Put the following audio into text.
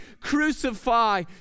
crucify